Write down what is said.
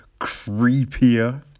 creepier